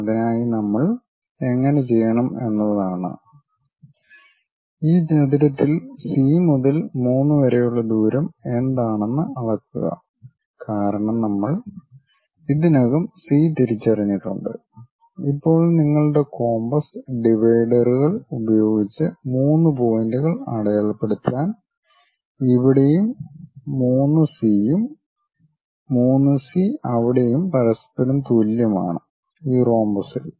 അതിനായി നമ്മൾ എങ്ങനെ ചെയ്യണം എന്നതാണ് ഈ ചതുരത്തിൽ സി മുതൽ 3 വരെയുള്ള ദൂരം എന്താണെന്ന് അളക്കുക കാരണം നമ്മൾ ഇതിനകം സി തിരിച്ചറിഞ്ഞിട്ടുണ്ട് ഇപ്പോൾ നിങ്ങളുടെ കോമ്പസ് ഡിവൈഡറുകൾ ഉപയോഗിച്ച് മൂന്ന് പോയിന്റുകൾ അടയാളപ്പെടുത്താൻ ഇവിടെ 3 സി യും 3 സി അവിടെയും പരസ്പരം തുല്യമാണ് ഈ റോംബസിൽ